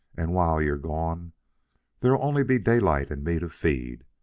and while you're gone there'll only be daylight and me to feed,